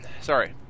sorry